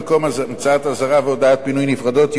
במקום המצאת אזהרה והודעת פינוי נפרדות,